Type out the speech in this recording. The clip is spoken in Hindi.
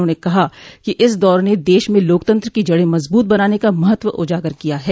उन्होंने कहा कि इस दौर ने देश में लोकतंत्र की जडे मजबूत बनाने का महत्व उजागर किया है